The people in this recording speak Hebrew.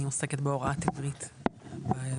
אני עוסקת בהוראת עברית בחו"ל.